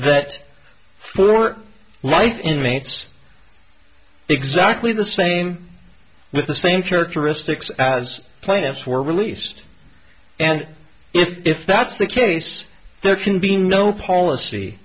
that for light inmates exactly the same with the same characteristics as plants were released and if that's the case there can be no policy